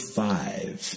five